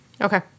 Okay